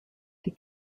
die